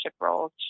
roles